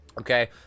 okay